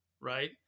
right